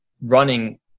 running